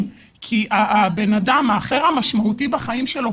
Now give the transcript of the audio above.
כי הבן אדם האחר המשמעותי בחיים שלו,